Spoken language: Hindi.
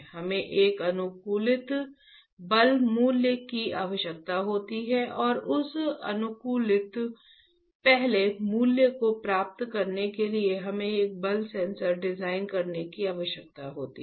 हमें एक अनुकूलित बल मूल्य की आवश्यकता होती है और उस अनुकूलित पहले मूल्य को प्राप्त करने के लिए हमें एक बल सेंसर डिजाइन करने की आवश्यकता होती है